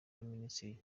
y’abaminisitiri